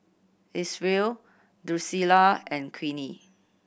Isreal Drucilla and Queenie